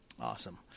Awesome